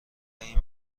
این